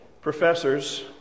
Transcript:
professors